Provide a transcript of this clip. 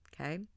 okay